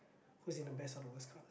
who's in the best or the worst class